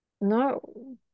no